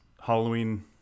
Halloween